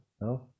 no